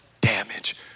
damage